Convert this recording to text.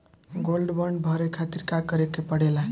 Gold bond भरे खातिर का करेके पड़ेला?